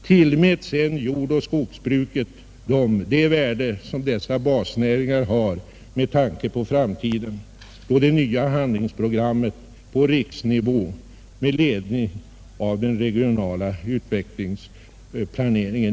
Tillmät sedan jordoch skogsbruket det värde, som dessa basnäringar har med tanke på framtiden, då det nya handlingsprogrammet på riksnivå utformas med ledning av den regionala utvecklingsplaneringen.